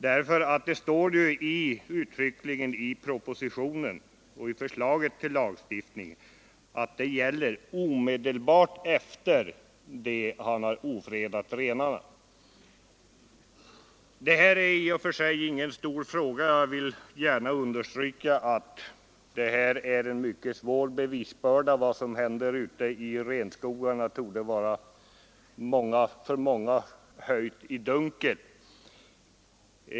Det står uttryckligen i propositionen och i förslaget till lagstiftning att det gäller omedelbart efter det hunden har ofredat renarna. Detta är och för sig ingen stor fråga, men jag vill gärna understryka att det blir en mycket svår bevisbörda. Vad som händer ute i renskogarna torde för många vara höljt i dunkel.